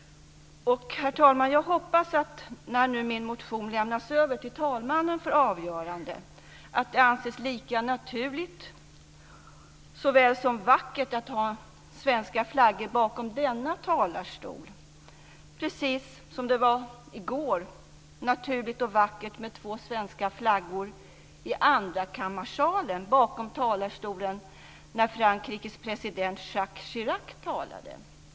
Herr talman! Jag hoppas att när min motion nu lämnas över till talmannen för avgörande ska det anses såväl naturligt som vackert att ha svenska flaggan bakom denna talarstol, precis som det i går var naturligt och vackert med två svenska flaggor i andrakammarsalen bakom talarstolen när Frankrikes president Jacques Chirac talade.